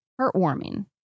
heartwarming